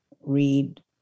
read